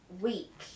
week